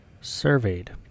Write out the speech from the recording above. surveyed